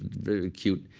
very cute.